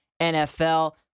NFL